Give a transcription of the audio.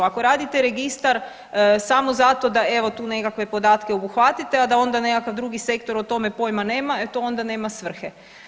Ako radite registar samo zato da evo tu nekakve podatke obuhvatite, a da onda nekakav drugi sektor o tome pojma nema, e to onda nema svrhe.